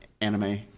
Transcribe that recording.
anime